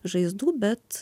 žaizdų bet